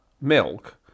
milk